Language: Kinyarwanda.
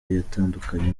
yatandukanye